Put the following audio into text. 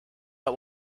but